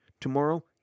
Tomorrow